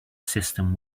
system